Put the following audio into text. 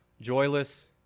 joyless